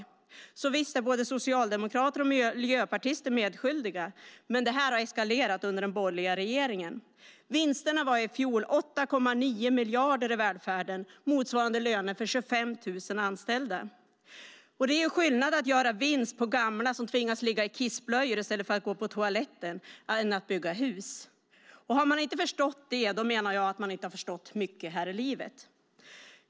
Visst är alltså både socialdemokrater och miljöpartister medskyldiga, men detta har eskalerat under den borgerliga regeringen. Vinsterna i välfärden var i fjol 8,9 miljarder, vilket motsvarar löner för 25 000 anställda. Det är skillnad mellan att göra vinst på gamla som tvingas ligga i kissblöjor i stället för att gå på toaletten och att bygga hus. Har man inte förstått det menar jag att man inte har förstått mycket här i livet.